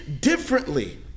differently